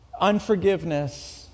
Unforgiveness